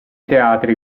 teatri